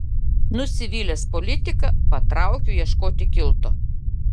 nusivylęs politika patraukiu ieškoti kilto